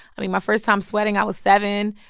i mean, my first time sweating, i was seven.